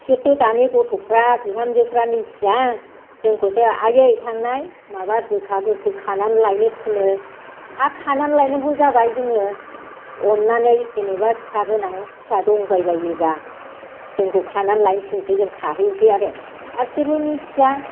बिसोरथ' दानि गथ'फ्रा बिहामजोफ्रा मिथिया जोंखौसो आइयै थांनाय माबा गोखा गोखै खानानै लायनो थिनो हा खानानै लाइनांगौ जाबाय जोङो अननानै जेनेबा फिसा गोनां फिसा दंबाय बायोबा जोंखौ खानानै लायनो थिनसै जों खाना लायसै आरो आरो बिसोरबो मिथिया